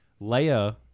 Leia